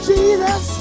Jesus